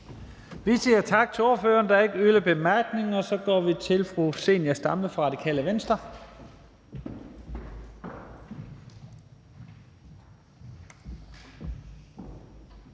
Vi siger tak til ordføreren. Der er ikke yderligere korte bemærkninger. Så går vi til fru Zenia Stampe fra Radikale Venstre.